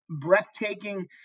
breathtaking